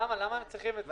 למה הם צריכים את זה?